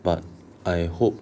but I hope